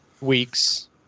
weeks